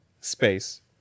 space